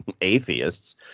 atheists